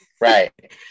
Right